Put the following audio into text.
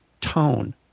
tone